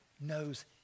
knows